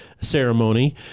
ceremony